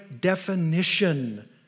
definition